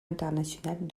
internationales